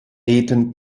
eten